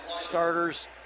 starters